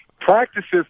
Practices